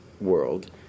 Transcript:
world